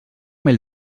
mel